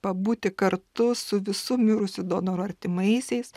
pabūti kartu su visų mirusių donorų artimaisiais